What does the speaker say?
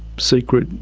secret,